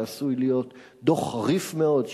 שעשוי להיות דוח חריף מאוד,